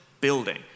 building